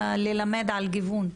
מללמד על גיוון.